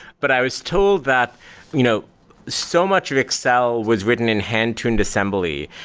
but i was told that you know so much of excel was written in hand-tuned assembly.